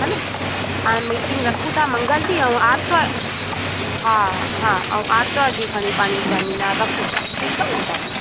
हा न हाणे मीटिंग रखू था मंगलु ॾींहुं ऐं आरितवारु हा हा ऐं आरितवारु ॾींहुं खणी पंहिंजी सेमिनार रखू था ठीकु आहे न दादी